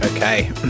Okay